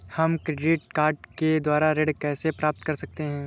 हम credit card के द्वारा ऋण कैसे प्राप्त कर सकते हैं?